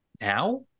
now